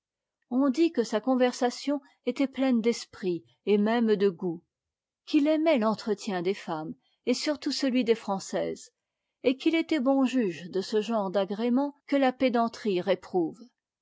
on dit que sa conversation était pleine d'esprit et même de goût qu'il aimait l'entretien des femmes et surtout celui des françaises et qu'il était bon juge de ce genre d'agréments que la pédanterie réprouve